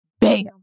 bam